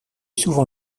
souvent